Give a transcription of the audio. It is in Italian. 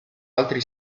altri